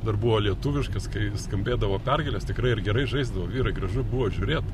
dar buvo lietuviškas kai skambėdavo pergalės tikrai ir gerai žaisdavo vyrai gražu buvo žiūrėt